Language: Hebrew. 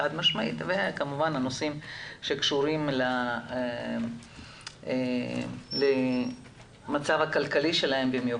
כמובן גם הנושאים שקשורים למצב הכלכלי שלהם.